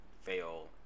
fail